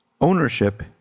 ownership